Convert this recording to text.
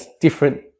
different